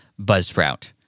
buzzsprout